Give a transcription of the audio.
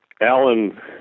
Alan